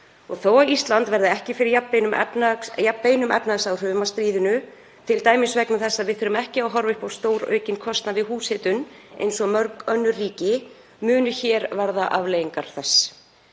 þó að Ísland verði ekki fyrir jafn beinum efnahagsáhrifum af stríðinu, t.d. vegna þess að við þurfum ekki að horfa upp á stóraukinn kostnað við húshitun eins og mörg önnur ríki, munu hér verða afleiðingar þess.